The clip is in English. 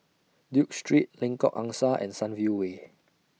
Duke Street Lengkok Angsa and Sunview Way